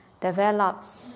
develops